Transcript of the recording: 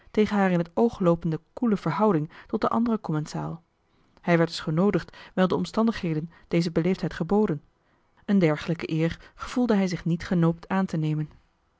tegen hare in t oog loopende koele verhouding tot den anderen commensaal hij werd dus genoodigd wijl de omstandigheden deze beleefdheid geboden een dergelijke eer gevoelde hij zich niet genoopt aantenemen